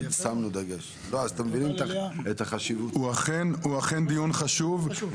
הוא אכן דיון חשוב,